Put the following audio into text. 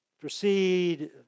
proceed